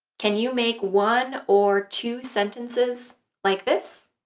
can you make one or two sentences like this?